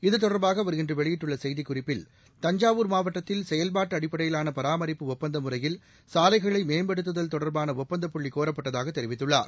இது தொடர்பாக அவர் இன்று வெளியிட்டுள்ள செய்திக் குறிப்பில் தஞ்சாவூர் மாவட்டத்தில் செயல்பாட்டு அடிப்படையிலான பராமரிப்பு ஒப்பந்த முறையில் சாலைகளை மேம்படுத்துதல் தொடர்பாள ஒப்பந்தப்புள்ளி கோரப்பட்டதாக தெரிவித்துள்ளார்